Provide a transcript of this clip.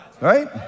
Right